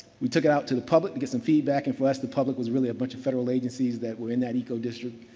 we took it out to the public and get some feedback. and for us, the public was really a bunch of federal agencies that were in that eco district.